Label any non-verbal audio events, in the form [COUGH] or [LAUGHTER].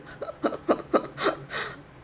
[LAUGHS]